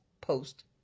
Post